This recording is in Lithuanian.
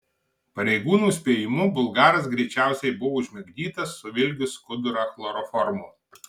pareigūnų spėjimu bulgaras greičiausiai buvo užmigdytas suvilgius skudurą chloroformu